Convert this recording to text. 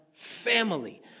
Family